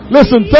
Listen